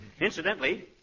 Incidentally